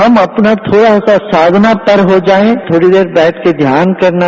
हम अपना अगर थोड़ा सा साधना पड़ हो जाए थोडी देर बैठकर ध्यान करना